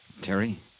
Terry